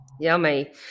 Yummy